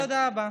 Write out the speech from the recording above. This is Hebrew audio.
תודה רבה.